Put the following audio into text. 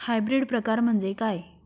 Hybrid प्रकार म्हणजे काय?